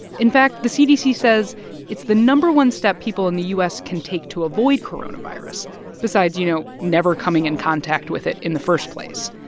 in fact, the cdc says it's the no. one step people in the u s. can take to avoid coronavirus besides, you know, never coming in contact with it in the first place.